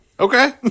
Okay